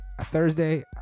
Thursday